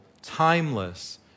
timeless